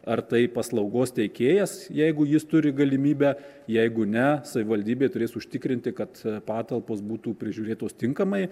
ar tai paslaugos teikėjas jeigu jis turi galimybę jeigu ne savivaldybė turės užtikrinti kad patalpos būtų prižiūrėtos tinkamai